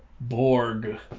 Borg